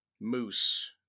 moose